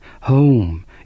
Home